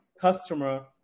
customer